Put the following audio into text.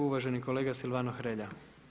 Uvaženi kolega Silvano Hrelja.